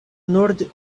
nord